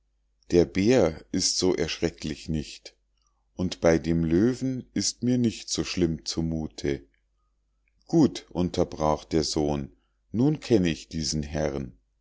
der bär ist so erschrecklich nicht und bei dem löwen ist mir nicht so schlimm zu muthe gut unterbrach der sohn nun kenn ich diesen herrn